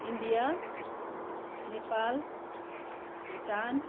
India Nepal Bhutan